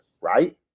right